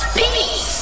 peace